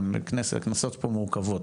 הכנסות פה מורכבות.